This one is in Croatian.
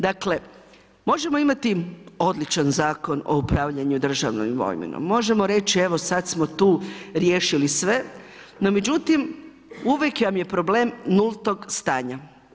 Dakle možemo imati odličan Zakon o upravljanju državnom imovinom, možemo reći evo sada smo tu riješili sve, no međutim uvijek vam je problem nultog stanja.